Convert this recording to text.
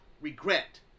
regret